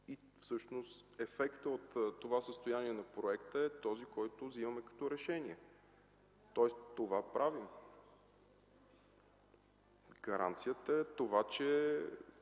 нищо. Ефектът от състоянието на проекта е този, който вземаме като решение. Тоест това правим. Гаранцията е, че